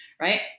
right